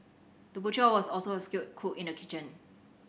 the butcher was also a skilled cook in the kitchen